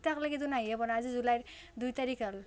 এতিয়া লৈকেচোন আহিয়েই পোৱা নাই আজিৰ জুলাইৰ দুই তাৰিখ হ'ল